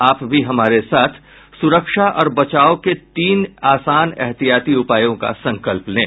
आप भी हमारे साथ सुरक्षा और बचाव के तीन आसान एहतियाती उपायों का संकल्प लें